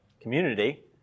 community